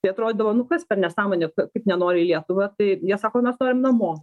tai atrodydavo nu kas per nesąmonė kaip nenori į lietuvą tai jie sako mes norim namo